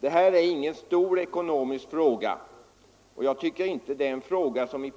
Det här är ingen stor ekonomisk fråga, och jag tycker inte att det är en fråga som